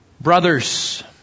Brothers